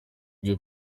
bwe